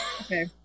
okay